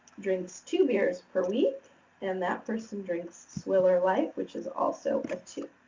drinks two beers per week and that person drinks swiller light, which is also a two.